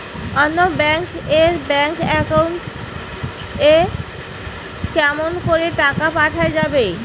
অন্য ব্যাংক এর bank account এ কেমন করে টাকা পাঠা যাবে?